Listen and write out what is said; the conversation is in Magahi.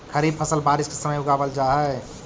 खरीफ फसल बारिश के समय उगावल जा हइ